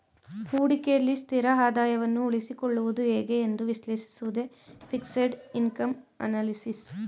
ಹೂಡಿಕೆಯಲ್ಲಿ ಸ್ಥಿರ ಆದಾಯವನ್ನು ಉಳಿಸಿಕೊಳ್ಳುವುದು ಹೇಗೆ ಎಂದು ವಿಶ್ಲೇಷಿಸುವುದೇ ಫಿಕ್ಸೆಡ್ ಇನ್ಕಮ್ ಅನಲಿಸಿಸ್